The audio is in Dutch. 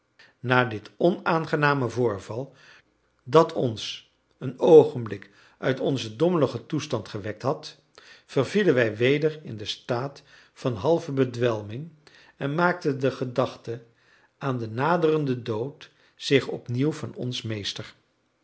na dit onaangename voorval dat ons een oogenblik uit onzen dommeligen toestand gewekt had vervielen wij weder in den staat van halve bedwelming en maakte de gedachte aan den naderenden dood zich opnieuw van ons meester